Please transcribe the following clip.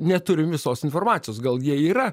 neturim visos informacijos gal jie yra